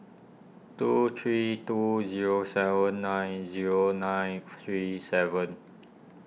two three two zero seven nine zero nine three seven